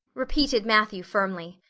repeated matthew firmly.